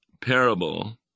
parable